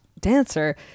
dancer